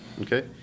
Okay